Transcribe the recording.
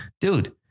dude